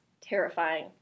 terrifying